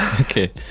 Okay